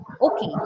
Okay